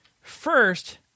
first